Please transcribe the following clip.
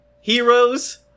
Heroes